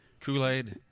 Kool-Aid